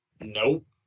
nope